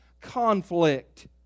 conflict